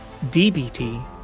DBT